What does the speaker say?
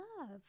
love